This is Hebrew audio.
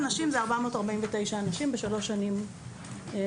מבחינת אנשים זה 449 אנשים בשלוש שנים האלה.